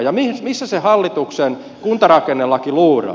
ja missä se hallituksen kuntarakennelaki luuraa